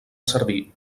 servir